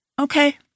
Okay